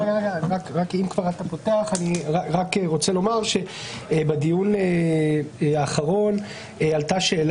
אני רוצה לעבוד במודל זה וזה, עושה הכול